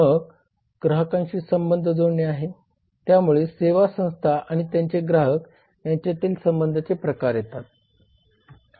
मग ग्राहकांशी संबंध जोडणे आहे त्यामुळे सेवा संस्था आणि त्याचे ग्राहक यांच्यातील संबंधांचे प्रकार येतात